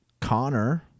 connor